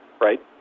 right